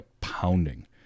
pounding